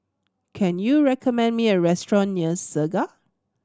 can you recommend me a restaurant near Segar